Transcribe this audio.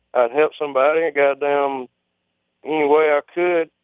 i'd help somebody a goddamn any way i could.